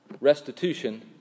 restitution